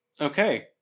Okay